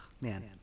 man